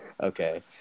okay